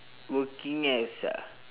working as ah